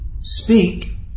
speak